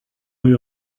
you